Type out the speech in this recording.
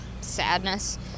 sadness